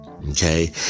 Okay